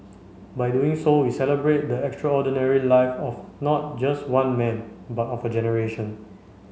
by doing so we celebrate the extraordinary life of not just one man but of a generation